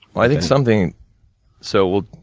i think something so,